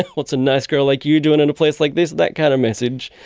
what's a nice girl like you doing in a place like this, that kind of message,